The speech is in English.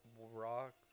rock